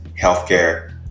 healthcare